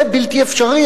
זה בלתי אפשרי,